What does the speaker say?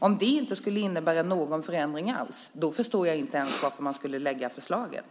Om det inte skulle innebära någon förändring alls förstår jag inte varför man ens skulle lägga fram förslaget.